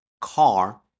car